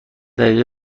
دقیقه